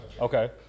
Okay